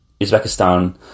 Uzbekistan